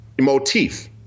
motif